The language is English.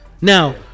now